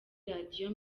radio